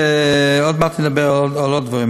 עוד מעט נדבר על עוד דברים.